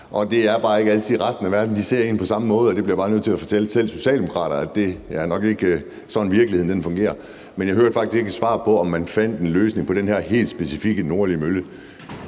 Det er bare ikke altid, at resten af verden ser en på samme måde. Jeg bliver bare nødt til at fortælle Socialdemokraterne, at det nok ikke er sådan, virkeligheden fungerer. Men jeg hørte faktisk ikke et svar på, om man fandt en løsning på den her helt specifikke nordlige mølle.